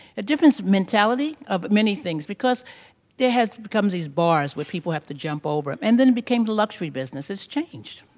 a difference of mentality, of many things, because there have become these bars where people have to jump over. um and then it became the luxury business it's changed.